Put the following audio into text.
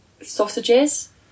sausages